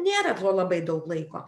nėra tro labai daug laiko